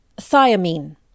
thiamine